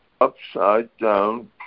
upside-down